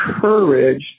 courage